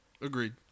agreed